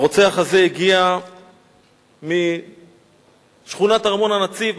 הרוצח הזה הגיע משכונת ארמון-הנציב,